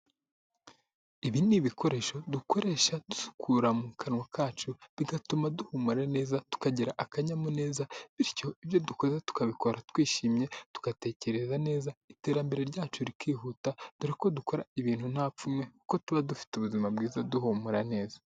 Ibi ni ibikoresho dukoresha dusukura mu kanwa kacu, bigatuma duhumura neza, tukagira akanyamuneza, bityo ibyo dukoze tukabikora twishimye, tugatekereza neza, iterambere ryacu rikihuta, dore ko dukora ibintu nta pfunwe kuko tuba dufite ubuzima bwiza, duhumura neza.